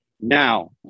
now